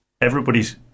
everybody's